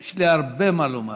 יש לי הרבה מה לומר.